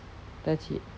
that's it